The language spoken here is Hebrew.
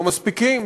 לא מספיקים,